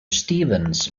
stephens